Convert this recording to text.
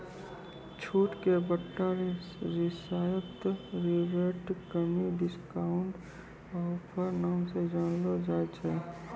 छूट के बट्टा रियायत रिबेट कमी डिस्काउंट ऑफर नाम से जानलो जाय छै